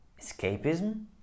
escapism